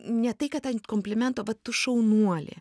ne tai kad ant komplimento va tu šaunuolė